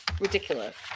Ridiculous